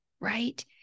right